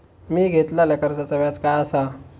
मी घेतलाल्या कर्जाचा व्याज काय आसा?